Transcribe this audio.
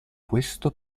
questo